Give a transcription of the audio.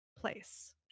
place